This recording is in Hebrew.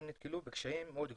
הם נתקלו בקשיים מאוד גדולים.